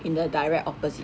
in the direct opposite